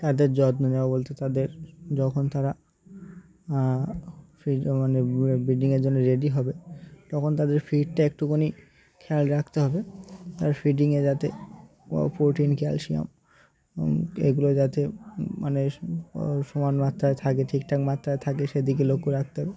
তাদের যত্ন নেওয়া বলতে তাদের যখন তারা ফিড মানে ব্রিডিংয়ের জন্যে রেডি হবে তখন তাদের ফিডটা একটুখানি খেয়াল রাখতে হবে তার ফিডিংয়ে যাতে প্রোটিন ক্যালসিয়াম এগুলো যাতে মানে সমান মাত্রায় থাকে ঠিকঠাক মাত্রায় থাকে সেদিকে লক্ষ্য রাখতে হবে